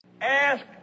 Ask